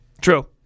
True